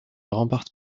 remporte